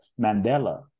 Mandela